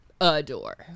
Adore